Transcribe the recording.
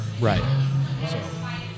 Right